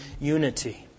unity